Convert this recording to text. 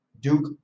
Duke